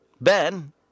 Ben